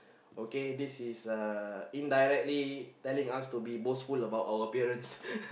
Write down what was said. okay this is uh indirectly telling us to be boastful about our appearance